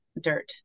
Dirt